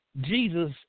Jesus